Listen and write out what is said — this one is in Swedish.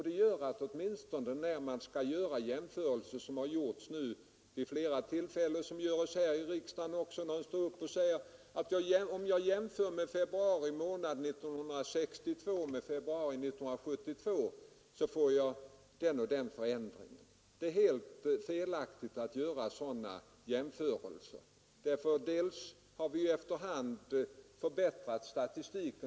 Det har hänt vid flera tillfällen och även här i riksdagen att någon har sagt: ”Om jag jämför februari månad 1962 med februari månad 1972 får jag den och den siffran.” Det är helt felaktigt att göra sådana jämförelser. Vi har efter hand förbättrat statistiken.